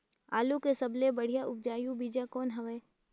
आलू के सबले बढ़िया उपजाऊ बीजा कौन हवय?